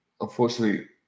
unfortunately